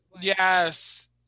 Yes